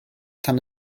tan